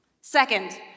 Second